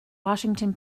washington